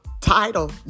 title